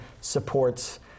supports